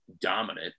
dominant